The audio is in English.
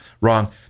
wrong